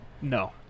No